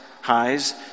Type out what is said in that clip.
highs